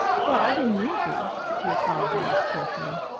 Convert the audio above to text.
well, i didn't mean to, she apologized cheerfully.